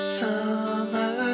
summer